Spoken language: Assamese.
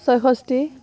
ছয়ষষ্ঠী